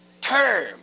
term